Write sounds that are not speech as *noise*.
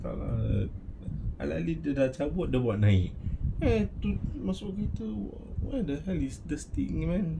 *noise* !alah! dah cakap buat tak buat naik eh maksud begitu what the hell is this thing man